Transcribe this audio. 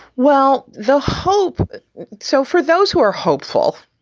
well, they'll hope so for those who are hopeful.